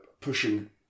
pushing